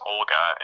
Olga